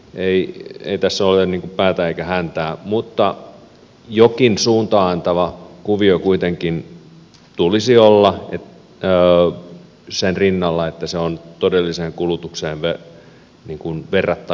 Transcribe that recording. ei tässä ole päätä eikä häntää mutta jonkin suuntaa antavan kuvion kuitenkin tulisi olla sen rinnalla että se on todelliseen kulutukseen verrattavissa